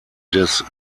des